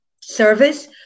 service